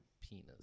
penis